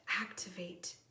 Activate